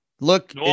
Look